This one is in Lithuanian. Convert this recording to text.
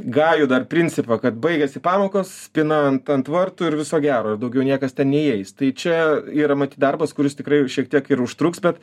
gajų dar principą kad baigėsi pamokos spyna ant ant vartų ir viso gero ir daugiau niekas ten neįeis tai čia yra matyt darbas kuris tikrai šiek tiek ir užtruks bet